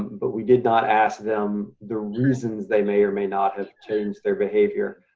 but we did not ask them the reason they may or may not have changed their behavior.